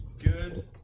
Good